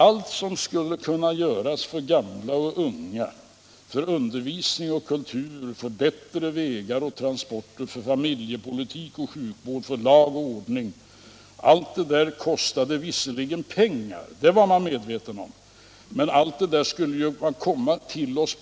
Allt som skulle kunna göras för gamla och unga, för undervisning och kultur, för bättre vägar och transporter, för familjepolitik och sjukvård, för lag och ordning kostade visserligen pengar — det var man medveten om — men de skulle naturligen komma till oss.